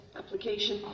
application